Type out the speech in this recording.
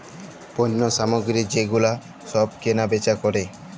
পল্য সামগ্রী যে গুলা সব কেলা বেচা ক্যরে